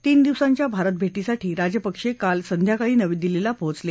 तीन दिवसांच्या भारत भेटीसाठी राजपक्षे काल संध्याकाळी नवी दिल्लीला पोचले